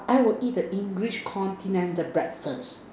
I would eat the English continental the breakfast